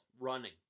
Running